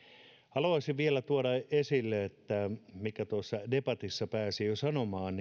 haluaisin vielä tuoda esille mitä tuossa debatissa pääsin jo sanomaan